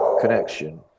connection